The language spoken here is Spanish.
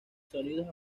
sonidos